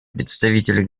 представители